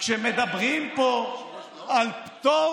כשמדברים פה על פטור